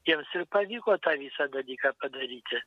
jiems pavyko tą visą dalyką padaryti